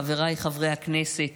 חבריי חברי הכנסת,